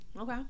Okay